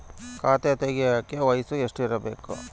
ಖಾತೆ ತೆಗೆಯಕ ವಯಸ್ಸು ಎಷ್ಟಿರಬೇಕು?